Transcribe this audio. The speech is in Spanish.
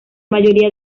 mayoría